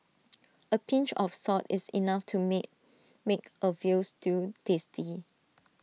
A pinch of salt is enough to make make A Veal Stew tasty